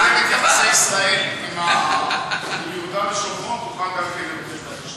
למה לא כתבת שגם אני אקבל טבעת אליפות?